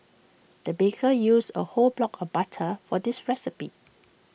the baker used A whole block of butter for this recipe